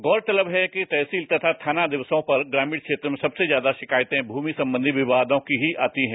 गौरतलब है कि तहसील और थाना दिवसों पर ग्रामीण क्षेत्रों में सबसे ज्यादा शिकायतें भूमि संबंधी विवादों की ही आती है